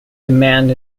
demand